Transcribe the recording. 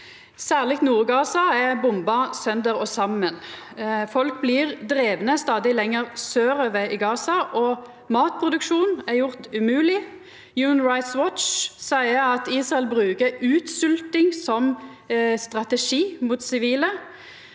Særleg Nord-Gaza er bomba heilt i sund. Folk blir drivne stadig lenger sørover i Gaza, og matproduksjon er gjort umogleg. Human Rights Watch seier Israel brukar utsvelting som strategi mot sivile.